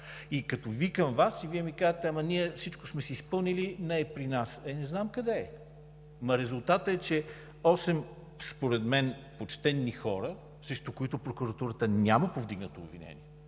и като викам Вас и Вие ми казвате: „Ама, ние всичко сме си изпълнили, не е при нас“ – е, не знам къде е. Резултатът е, че от осем почтени хора, срещу които прокуратурата няма повдигнато обвинение,